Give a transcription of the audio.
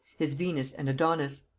his venus and adonis,